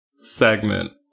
segment